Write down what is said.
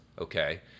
okay